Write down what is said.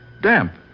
Damp